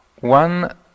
one